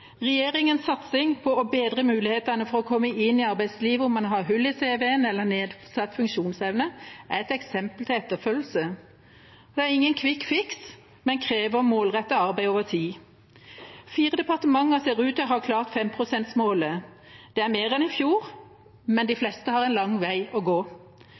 satsing på å bedre mulighetene for å komme inn i arbeidslivet om en har hull i CV-en eller nedsatt funksjonsevne, er et eksempel til etterfølgelse. Det er ingen kvikkfiks, men krever målrettet arbeid over tid. Fire departementer ser ut til å ha klart 5-prosentmålet. Det er mer enn i fjor, men de fleste har en lang vei å gå.